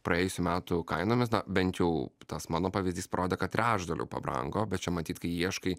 praėjusių metų kainomis na bent jau tas mano pavyzdys parodė kad trečdaliu pabrango bet čia matyt kai ieškai